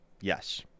Yes